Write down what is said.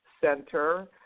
Center